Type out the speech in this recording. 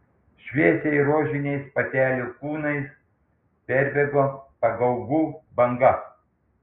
šviesiai rožiniais patelių kūnais perbėgo pagaugų banga